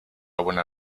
buena